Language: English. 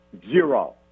Zero